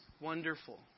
wonderful